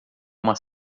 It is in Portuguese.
uma